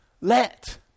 Let